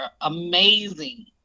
amazing